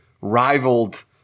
rivaled